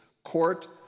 court